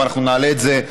אבל אנחנו נעלה את זה,